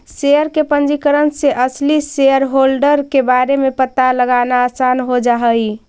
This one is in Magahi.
शेयर के पंजीकरण से असली शेयरहोल्डर के बारे में पता लगाना आसान हो जा हई